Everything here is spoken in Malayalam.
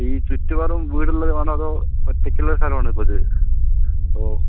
ഈ ചുറ്റുപാടും വീടുള്ളത് വേണോ അതോ ഒറ്റക്കുള്ള സ്ഥലമാണോ ഇപ്പം ഇത് അപ്പോൾ